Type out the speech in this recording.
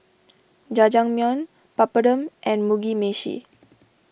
Jajangmyeon Papadum and Mugi Meshi